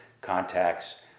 contacts